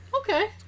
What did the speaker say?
Okay